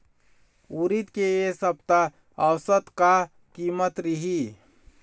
उरीद के ए सप्ता औसत का कीमत रिही?